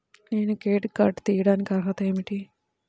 నేను credit card తీయడానికి అర్హత ఏమిటి?